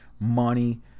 Money